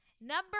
Number